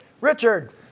Richard